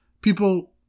People